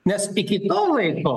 nes iki to laiko